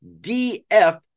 DF